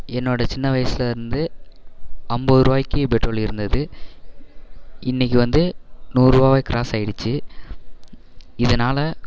என்னோட சின்ன வயசிலேருந்து ஐம்பது ரூபாய்க்கு பெட்ரோல் இருந்தது இன்றைக்கு வந்து நூறுருவாவே க்ராஸ் ஆகிடுச்சி இதனால்